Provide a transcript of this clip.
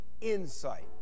insight